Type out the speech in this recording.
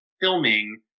filming